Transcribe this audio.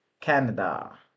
Canada